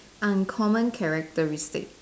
uncommon characteristic